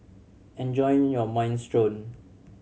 enjoy your Minestrone